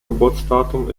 geburtsdatum